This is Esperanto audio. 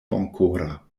bonkora